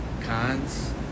cons